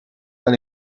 dans